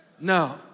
no